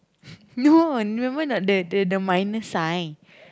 no I remember a not the the minus sign